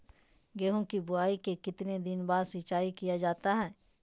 गेंहू की बोआई के कितने दिन बाद सिंचाई किया जाता है?